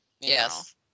Yes